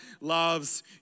loves